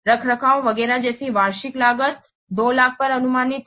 रखरखाव वगैरह जैसी वार्षिक लागत 200000 पर अनुमानित है